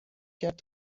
کرد